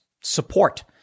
support